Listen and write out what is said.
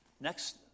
next